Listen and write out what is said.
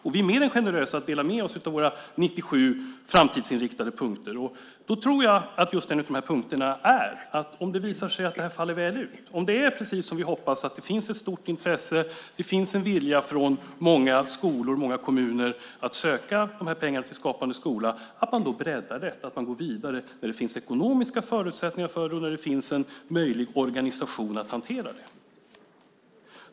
Vi är mer än generösa med att dela med oss av våra 97 framtidsinriktade punkter. Jag tror att en av de här punkterna handlar om att, om det nu visar sig att det här faller väl ut och att det är som vi hoppas - att det finns ett stort intresse och en vilja från många skolor och kommuner att ansöka om pengar till Skapande skola - bredda detta och gå vidare när det finns ekonomiska förutsättningar för det och när det finns en möjlig organisation för att hantera detta.